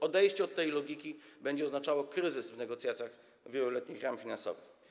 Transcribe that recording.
Odejście od tej logiki będzie oznaczało kryzys w negocjacjach dotyczących wieloletnich ram finansowych.